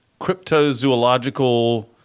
cryptozoological